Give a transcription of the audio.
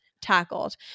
tackled